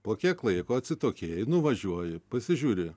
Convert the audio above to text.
po kiek laiko atsitokėjai nuvažiuoji pasižiūri